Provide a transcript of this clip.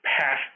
past